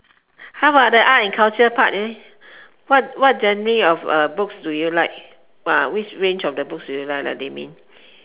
how about the art and culture part leh what what genre of uh books do you like which range of books do you like mainly